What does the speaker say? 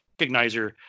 recognizer